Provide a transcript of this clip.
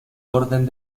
orden